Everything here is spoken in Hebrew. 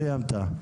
סיימת.